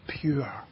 pure